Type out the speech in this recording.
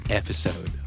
episode